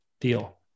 deal